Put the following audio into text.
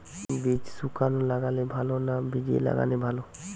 বীজ শুকনো লাগালে ভালো না ভিজিয়ে লাগালে ভালো?